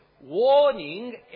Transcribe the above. warning